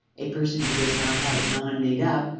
a person who does not have his mind made up,